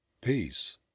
Peace